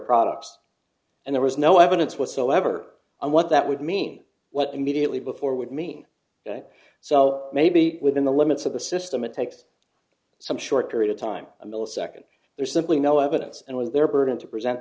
products and there was no evidence whatsoever and what that would mean what immediately before would mean so maybe within the limits of the system it takes some short period of time a millisecond there's simply no evidence and was their burden to present